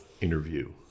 interview